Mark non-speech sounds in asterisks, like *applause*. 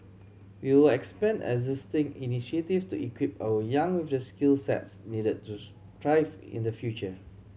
we will expand existing initiatives to equip our young *unintelligible* the skill sets needed to thrive in the future